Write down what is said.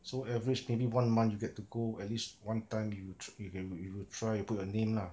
so average maybe one month you get to go at least one time you you can you will try you put your name lah